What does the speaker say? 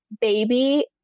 baby